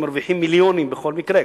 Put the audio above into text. שמרוויחים מיליונים בכל מקרה".